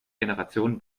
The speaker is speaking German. generation